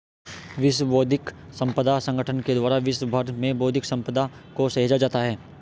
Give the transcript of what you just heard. विश्व बौद्धिक संपदा संगठन के द्वारा विश्व भर में बौद्धिक सम्पदा को सहेजा जाता है